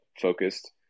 focused